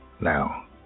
Now